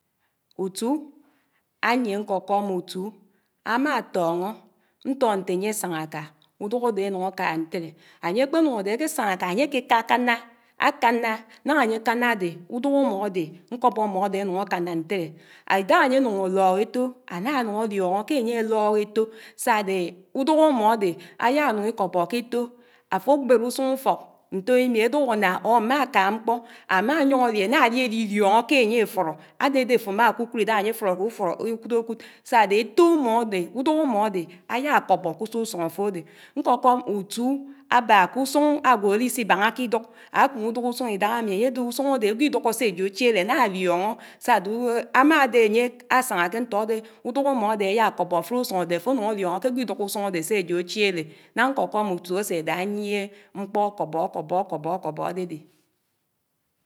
Ùtù ányié ñkókóm ùtù, ámá tóñó, ntó ñté'áyé ásáñá áká ùdùk ádé ánuñ áká ntéré. Ányékpénuk ádé ákésáñá áká ányé áké kákáná, ákáná, náñá áyé káná ádé, ùdùk ámó ádé, ñkóbó ámódé ánuñ ákáná ntéré, ídáhá ányé ánuñó álók étò, ánánuñ álióñó ké ányé álók étò sádé ùdùk ámó ádé áyánuñ íkóbó k'étò. Áfòbéd ùsùñ ufók ñtoimí áduk áná or mm'áká mkpó, ámáyoñ áli ánáli álilióñó k'ányé áfuró, ádédé áfo ámákukud ídáhá ányé áfuróké ùkùdokud, sádé éto ámódé, ùdùk ámódé áyákóbó kísò ùsuñ áfòdé. Ñkókóm ùtù ábá k'ùsuñ ágwo álisibáñáke íduk, ákùm ùduk ùsuñ ídáhámi ányédé ùsuñ ádé ágw'ídukó sá éjò áchiéré ánálióñó sádé ámádé ányé ásáñá ké ntódé, ùdùk àmódé áyá kóbó áfud ùsuñ ádé áfònuñ álióñó k,ágwo ídukó ùsuñ ádé sá éjò áchiélé. Náñá ñkókóm ùtù ásédá ányié mkpó ókóbó ókóbó ókóbó ókóbó ádédé